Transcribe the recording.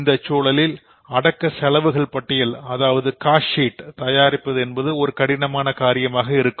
இந்தச் சூழலில் அடக்க செலவுகள் பட்டியல் தயாரிப்பது என்பது கடினமான ஒரு காரியமாக இருக்கும்